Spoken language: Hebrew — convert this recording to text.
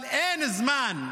אבל אין זמן,